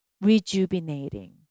rejuvenating